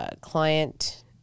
client